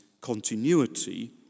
continuity